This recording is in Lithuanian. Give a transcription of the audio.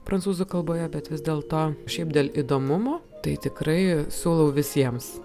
prancūzų kalboje bet vis dėlto šiaip dėl įdomumo tai tikrai siūlau visiems